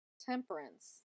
temperance